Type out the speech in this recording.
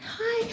Hi